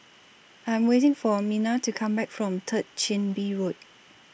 I Am waiting For Minna to Come Back from Third Chin Bee Road